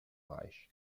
reich